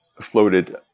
floated